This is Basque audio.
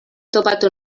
topatu